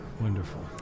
Wonderful